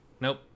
Nope